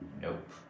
Nope